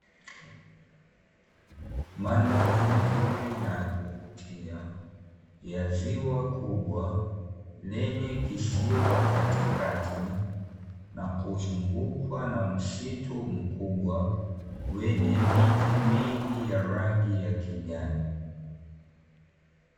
Mandhari nzuri na ya kuvutia, ya ziwa kubwa lenye kisiwa katikati, na kuzunguka na msitu kubwa wenye miti mingi ya rangi ya kijani.